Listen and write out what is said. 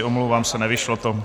Omlouvám se, nevyšlo to.